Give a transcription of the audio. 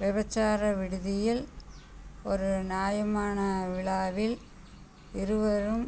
விபச்சார விடுதியில் ஒரு நியமான விழாவில் இருவரும்